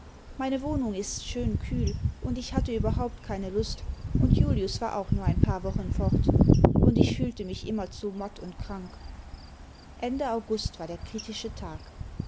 meine wohnung ist schön kühl und ich hatte überhaupt gar keine lust und julius war auch nur ein paar wochen fort und ich fühlte mich immerzu matt und krank ende august war der kritische tag